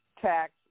tax